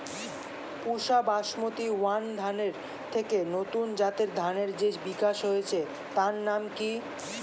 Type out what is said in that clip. পুসা basmati one ধানের থেকে নতুন জাতের ধানের যে বিকাশ হয়েছে তার নাম কি?